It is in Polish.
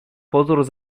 pozór